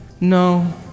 No